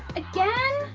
again.